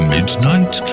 Midnight